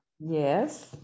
Yes